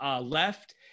left